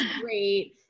great